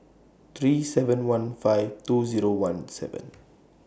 three seven one five two Zero one seven